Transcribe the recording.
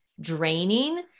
draining